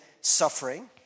suffering